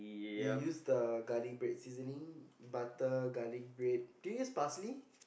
you use the garlic bread seasoning butter garlic bread did you use parsley